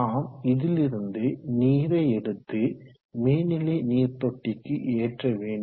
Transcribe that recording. நாம் இதிலிருந்து நீரை எடுத்து மேல்நிலை நீர் தொட்டிக்கு ஏற்ற வேண்டும்